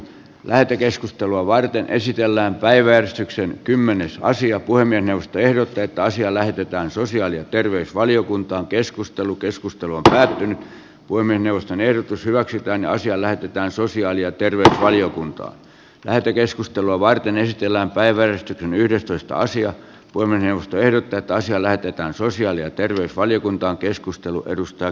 lähetekeskustelua varten esitellään päivän syksyn kymmenessä asia voi puhemiesneuvosto ehdottaa että asia lähetetään sosiaali ja terveysvaliokuntaan keskustelu keskustelu on päättynyt voimme neuvoston ehdotus hyväksytään asia lähetetään sosiaali ja terveysvaliokunta lähetekeskustelua varten yhtiöllään päivän yhdestoista sija voimme eusta erotettaisi lähetetään sosiaali ja terveysvaliokuntaa keskustelu edustaa